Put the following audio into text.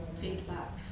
feedback